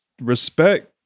respect